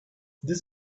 does